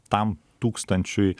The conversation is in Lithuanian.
tam tūkstančiui